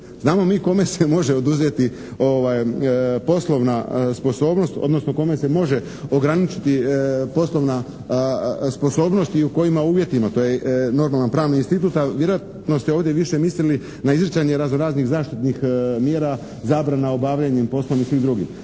Znamo mi kome se može oduzeti poslovna sposobnost odnosno kome se može ograničiti poslovna sposobnost i u kojima uvjetima? To je normalan pravni institut. Ali vjerojatno ste ovdje više mislili na izricanje raznoraznih zaštitnih mjera zabrana obavljanja … /Govornik